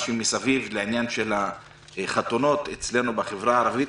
שמסביב לעניין של החתונות אצלנו בחברה הערבית,